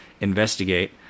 investigate